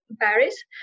Paris